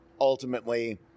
ultimately